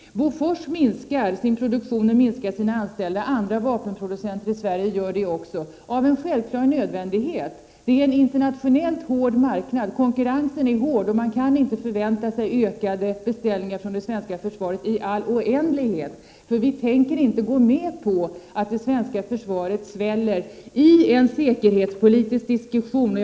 Bofors minskar sin produktion och minskar antalet anställda, och andra vapenproducenter i Sverige gör det också. Ja, av en självklar nödvändighet. Det är en internationellt hård marknad. Konkurrensen är hård, och man kan inte förvänta sig ökade beställningar från det svenska försvaret i all oändlighet, för vi tänker inte gå med på att det svenska försvaret sväller i en säkerhetspolitisk situation som den nuvarande.